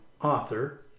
author